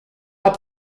pas